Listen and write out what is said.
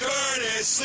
Curtis